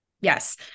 Yes